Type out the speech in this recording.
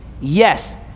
yes